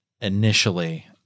initially